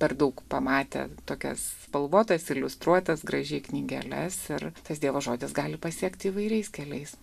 per daug pamatę tokias spalvotas iliustruotas gražiai knygeles ir tas dievo žodis gali pasiekti įvairiais keliais